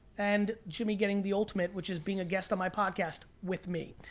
and jimmy getting the ultimate, which is being a guest on my podcast with me.